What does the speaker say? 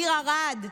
העיר ערד,